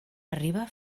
arriba